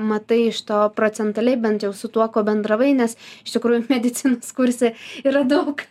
matai iš to procentualiai bent jau su tuo kuo bendravai nes iš tikrųjų medicinos kurse yra daug